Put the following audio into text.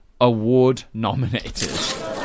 award-nominated